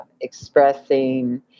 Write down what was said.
expressing